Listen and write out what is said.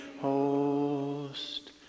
host